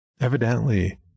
Evidently